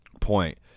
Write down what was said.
point